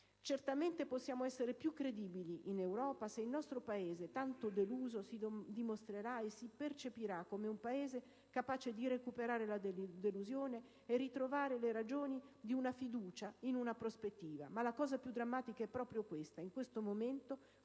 Certamente possiamo essere più credibili in Europa se il nostro Paese, tanto deluso, si dimostrerà e si percepirà come un Paese capace di recuperare la delusione e ritrovare le ragioni di una fiducia in una prospettiva. Ma la cosa più drammatica in questo